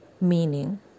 meaning